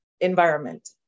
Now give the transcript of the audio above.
environment